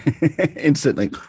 Instantly